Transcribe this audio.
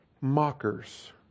mockers